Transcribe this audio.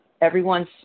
everyone's